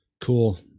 Cool